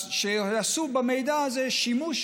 שיעשו במידע הזה שימוש